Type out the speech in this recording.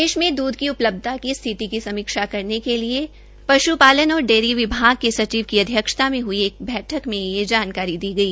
देश में द्ध की उपलब्धता की स्थिति की समीक्षा करने के लिए पश्पालन और डेयरी विभाग के सचिव की अध्यक्षता में हई एक बैठक मे यह जानकारी दी गई